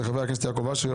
של חברי הכנסת יעקב אשר,